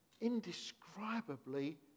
indescribably